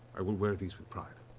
i will wear these with pride.